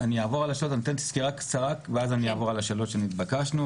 אני אתן סקירה קצרה ואז אני אעבור על השאלות שנתבקשנו.